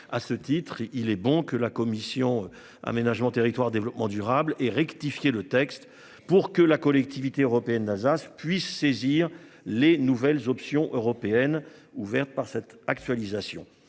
à ce titre, il est bon que la commission Aménagement territoire développement durable et rectifier le texte pour que la collectivité européenne d'Alsace puisse saisir les nouvelles options européennes ouvertes par cette actualisation,